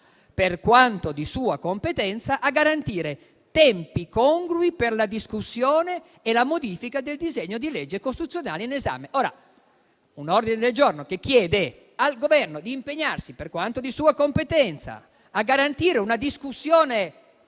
per quanto di sua competenza, a garantire tempi congrui per la discussione e la modifica del disegno di legge costituzionale in esame. Ripeto: è un ordine del giorno che chiede al Governo di impegnarsi, per quanto di sua competenza, a garantire una discussione